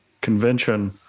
convention